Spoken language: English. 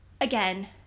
again